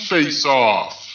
Face-Off